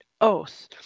oath